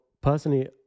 personally